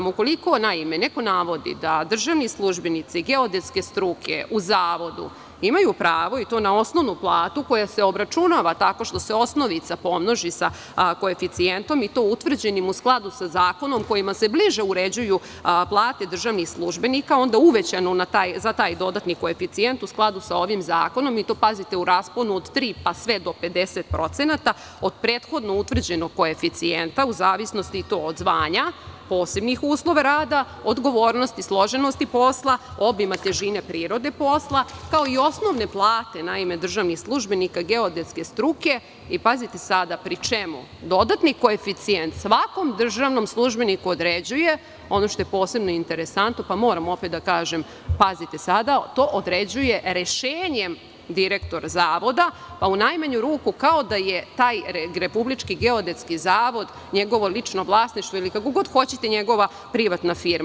Naime, ukoliko neko navodi da državni službenici geodetske struke u Zavodu imaju pravoi to na osnovnu platu koja se obračunava tako što se osnovica pomnoži sa koeficijentom, i to utvrđenim u skladu sa zakonom kojima se bliže uređuju plate državnih službenika, onda uvećano za taj dodatni koeficijent u skladu sa ovim zakonom, pazite, u rasponu od tri pa sve do 50% od prethodno utvrđenog koeficijenta, u zavisnosti od zvanja, posebnih uslova rada, odgovornosti, složenosti posla, obima, težine i prirode posla, kao i osnovne plate državnih službenika geodetske struke, pri čemu dodatni koeficijent svakom državnom službeniku određuje, ono što je posebno interesantno, pa moram opet da kažem, to određuje rešenjem direktora Zavoda, pa u najmanju ruku kao da je taj Republički geodetski zavod njegovo lično vlasništvo ili kako god hoćete, njegova privatna firma.